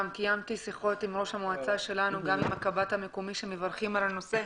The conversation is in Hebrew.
קיימתי שיחות עם ראש המועצה שלנו וגם עם הקב"ט המקומי שמברכים על הנושא.